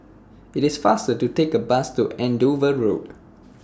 IT IS faster to Take The Bus to Andover Road